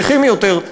צריכים יותר,